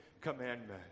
commandment